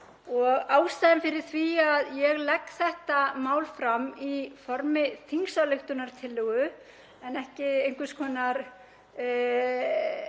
Ástæðan fyrir því að ég legg þetta mál fram í formi þingsályktunartillögu en ekki einhvers konar